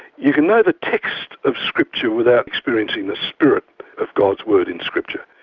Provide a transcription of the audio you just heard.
you can know the text of scripture without experiencing the spirit of god's word in scripture.